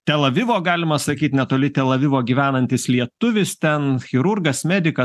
tel avivo galima sakyt netoli tel avivo gyvenantis lietuvis ten chirurgas medikas